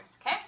Okay